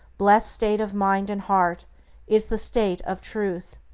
blessed state of mind and heart is the state of truth.